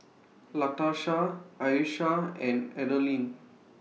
Latarsha Ayesha and Adalynn